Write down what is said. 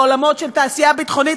בעולמות של תעשייה ביטחונית,